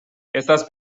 estas